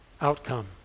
outcome